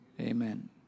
Amen